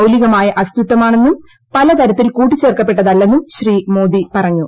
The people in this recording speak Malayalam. മൌലികമായ അസ്തിത്വമാണെന്നും പലതരത്തിൽ എന്നത് കൂട്ടിച്ചേർക്കപ്പെട്ടതല്ലെന്നും ശ്രീമോദി പറഞ്ഞു